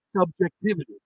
subjectivity